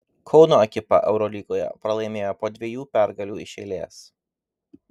kauno ekipa eurolygoje pralaimėjo po dviejų pergalių iš eilės